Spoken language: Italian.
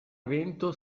evento